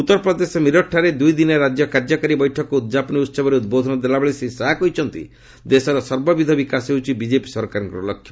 ଉତ୍ତରପ୍ରଦେଶର ମିରଟ୍ଠାରେ ଦୁଇଦିନିଆ ରାଜ୍ୟ କାର୍ଯ୍ୟକାରୀ ବୈଠକର ଉଦ୍ଯାପନୀ ଉତ୍ସବରେ ଉଦ୍ବୋଧନ ଦେଲାବେଳେ ଶ୍ରୀ ଶାହା କହିଛନ୍ତି ଦେଶର ସର୍ବବିଧ ବିକାଶ ହେଉଛି ବିଜେପି ସରକାରଙ୍କର ଲକ୍ଷ୍ୟ